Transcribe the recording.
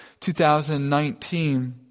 2019